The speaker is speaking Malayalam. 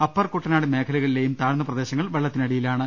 അപ്പർ കുട്ട നാട് മേഖലകളിലെയും താഴ്ന്ന പ്രദേശങ്ങൾ വെള്ളത്തിനടിയിലാണ്